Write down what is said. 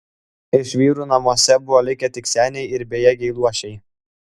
iš vyrų namuose buvo likę tik seniai ir bejėgiai luošiai